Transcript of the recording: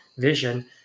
Vision